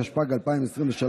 התשפ"ג 2023,